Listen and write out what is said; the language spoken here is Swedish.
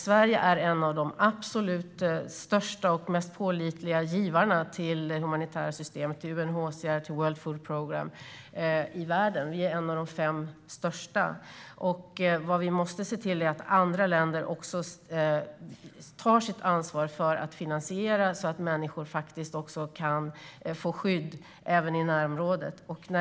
Sverige är en av de absolut största och mest pålitliga givarna till det humanitära systemet, till UNHCR och till World Food Programme i världen. Sverige är en av de fem största. Vad vi måste se till är att andra länder också tar sitt ansvar för att finansiera så att människor kan få skydd även i närområdet.